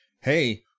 hey